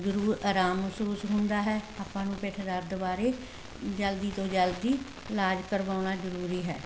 ਜ਼ਰੂਰ ਆਰਾਮ ਮਹਿਸੂਸ ਹੁੰਦਾ ਹੈ ਆਪਾਂ ਨੂੰ ਪਿੱਠ ਦਰਦ ਬਾਰੇ ਜਲਦੀ ਤੋਂ ਜਲਦੀ ਇਲਾਜ ਕਰਵਾਉਣਾ ਜ਼ਰੂਰੀ ਹੈ